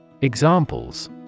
Examples